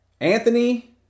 Anthony